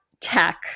tech